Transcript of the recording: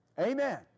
Amen